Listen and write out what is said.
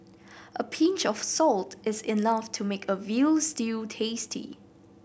a pinch of salt is enough to make a veal stew tasty